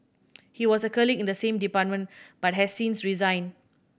he was a colleague in the same department but has since resigned